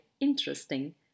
interesting